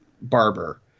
Barber